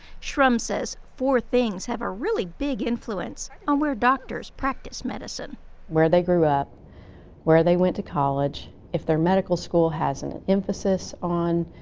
shrum says four things have a really big influence on where doctors practice medicine. shrum where they grew up where they went to college if their medical school has an emphasis on